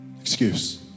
Excuse